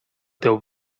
teu